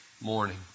morning